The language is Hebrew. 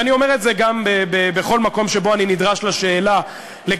ואני אומר את זה גם בכל מקום שבו אני נדרש לשאלה לגבי